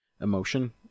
emotion